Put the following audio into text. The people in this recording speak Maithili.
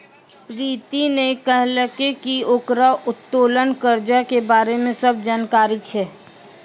प्रीति ने कहलकै की ओकरा उत्तोलन कर्जा के बारे मे सब जानकारी छै